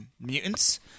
mutants